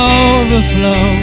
overflow